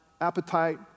appetite